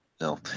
no